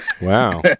Wow